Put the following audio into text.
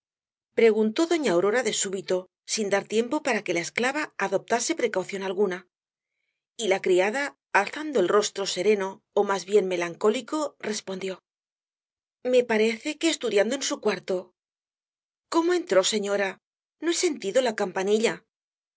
preguntó doña aurora de súbito sin dar tiempo para que la esclava adoptase precaución alguna y la criada alzando el rostro sereno ó más bien melancólico respondió me parece que estudiando en su cuarto cómo entró señora no he sentido la campanilla